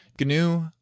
GNU